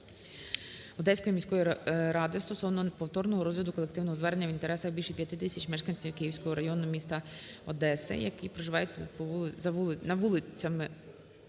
Одеської міської ради стосовно повторного розгляду колективного звернення в інтересах більше п'яти тисяч мешканців Київського району міста Одеса, які проживають по вулицям